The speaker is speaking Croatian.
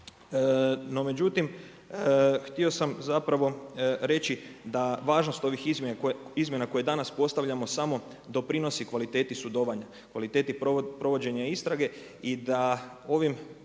no međutim, htio sam zapravo reći da važnost ovih izmjena koje danas postavljamo samo doprinosi kvalitetu sudovanja, kvaliteti provođenja istrage, i da ovim